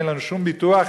אין לנו שום ביטוח,